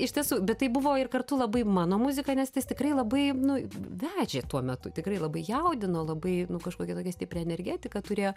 iš tiesų bet tai buvo ir kartu labai mano muzika nes tas tikrai labai nu vežė tuo metu tikrai labai jaudino labai nu kažkokią tokią stiprią energetiką turėjo